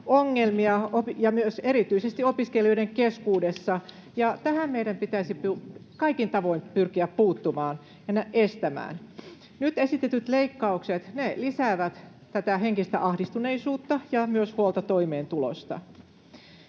ongelmia ja myös erityisesti opiskelijoiden keskuudessa, ja tähän meidän pitäisi kaikin tavoin pyrkiä puuttumaan ja tämä estämään. Nyt esitetyt leikkaukset lisäävät tätä henkistä ahdistuneisuutta ja myös huolta toimeentulosta.